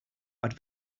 but